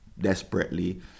desperately